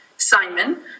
Simon